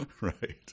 right